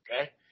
okay